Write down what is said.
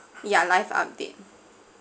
yeah live update